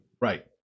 Right